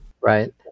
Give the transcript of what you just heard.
Right